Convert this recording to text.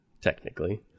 technically